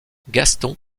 gaston